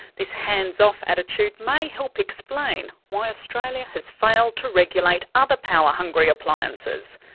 this hands-off attitude may help explain why australia has failed to regulate other power-hungry appliances,